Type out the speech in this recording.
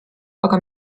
aga